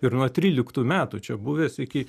ir nuo tryliktų metų čia buvęs iki